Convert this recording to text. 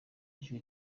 ijwi